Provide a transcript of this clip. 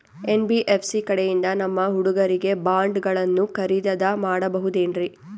NBFC ಕಡೆಯಿಂದ ನಮ್ಮ ಹುಡುಗರಿಗೆ ಬಾಂಡ್ ಗಳನ್ನು ಖರೀದಿದ ಮಾಡಬಹುದೇನ್ರಿ?